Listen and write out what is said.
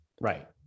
Right